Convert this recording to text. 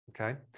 okay